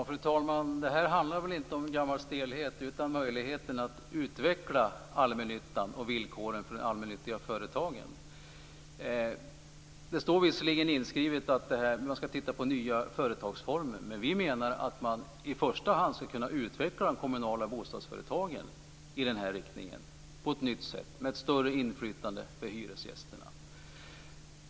Fru talman! Det här handlar väl inte om gammal stelhet utan möjligheten att utveckla allmännyttan och villkoren för de allmännyttiga företagen. Det står visserligen inskrivet att man skall titta på nya företagsformer. Vi menar att man i första hand skall utveckla de kommunala bostadsföretagen i den här riktningen, på ett nytt sätt, med ett större inflytande för hyresgästerna.